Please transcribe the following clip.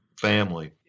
family